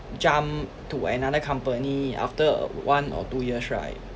jump to another company after one or two years right